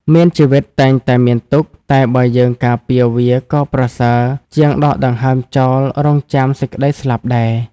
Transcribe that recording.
មានជីវិតតែងតែមានទុក្ខ តែបើយើងការពារវាក៏ប្រសើរជាងដកដង្ហើមចោលរងចាំសេចក្តីស្លាប់ដែរ។